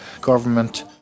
government